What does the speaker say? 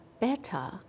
better